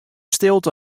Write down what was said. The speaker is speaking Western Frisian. stilte